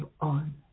on